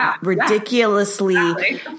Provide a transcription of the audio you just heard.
ridiculously